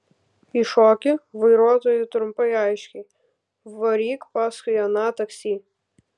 įšoki vairuotojui trumpai aiškiai varyk paskui aną taksi